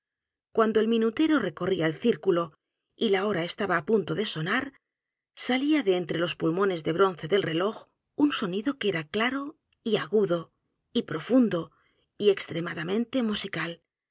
cuando el minutero recorría el círculo y la hora estaba á punto de sonar salía de entre los pulmones de bronce del reloj un sonido que era claro y agudo y profundo y extremadamente